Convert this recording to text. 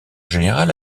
général